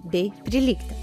bei prilygti